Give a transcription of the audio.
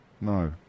No